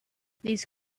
these